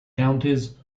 counties